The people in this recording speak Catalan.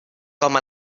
com